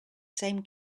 same